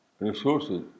resources